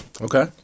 Okay